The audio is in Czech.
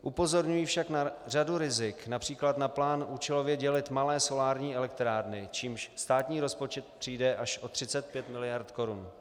Upozorňují však na řadu rizik, například na plán účelově dělit malé solární elektrárny, čímž státní rozpočet přijde až o 35 miliard korun.